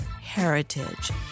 heritage